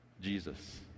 Jesus